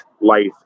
life